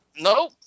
no